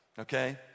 okay